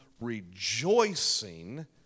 rejoicing